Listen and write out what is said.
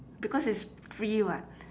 because it's free [what]